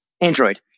Android